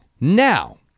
Now